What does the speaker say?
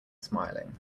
smiling